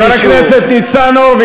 אבל זה משרד, חבר הכנסת ניצן הורוביץ.